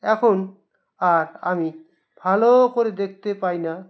এখন আর আমি ভালো করে দেখতে পাই না